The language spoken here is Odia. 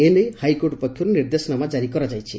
ଏନେଇ ହାଇକୋର୍ଟ ପକ୍ଷରୁ ନିର୍ଦ୍ଦେଶାନାମା କାରି କରାଯାଇଛି